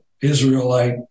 Israelite